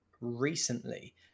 recently